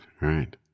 right